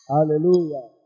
Hallelujah